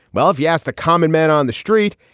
well, if you ask the common man on the street,